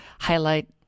highlight